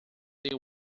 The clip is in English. they